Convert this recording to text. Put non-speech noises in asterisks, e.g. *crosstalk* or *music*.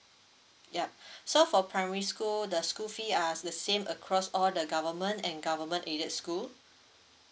yup *breath* so for primary school the school fee are s~ the same across all the government and government elite school